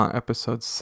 episode